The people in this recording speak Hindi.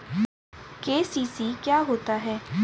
के.सी.सी क्या होता है?